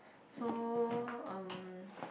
so um